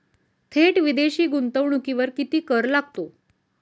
थेट विदेशी गुंतवणुकीवर किती कर लागतो?